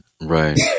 right